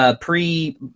pre